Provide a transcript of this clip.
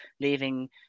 leaving